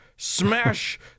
smash